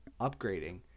upgrading